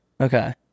Okay